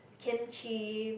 kimchi